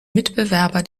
mitbewerber